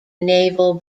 naval